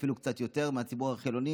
אפילו קצת יותר מהציבור החילוני,